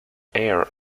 air